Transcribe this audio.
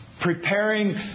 preparing